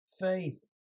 faith